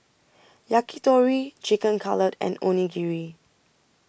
Yakitori Chicken Cutlet and Onigiri